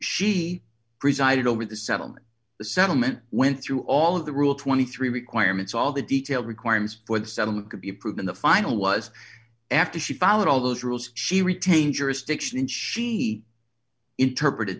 she presided over the settlement the settlement went through all of the rule twenty three dollars requirements all the detail requirements for the settlement could be approved in the final was after she followed all those rules she retained jurisdiction and she interpreted